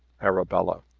arabella.